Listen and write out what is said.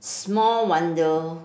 small wonder